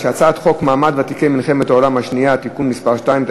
חוק מעמד ותיקי מלחמת העולם השנייה (תיקון מס' 2),